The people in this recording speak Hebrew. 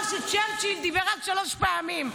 הלך, אמר שצ'רצ'יל דיבר רק שלוש פעמים.